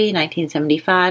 1975